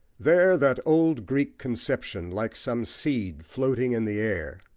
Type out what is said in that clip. there that old greek conception, like some seed floating in the air,